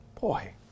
boy